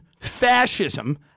fascism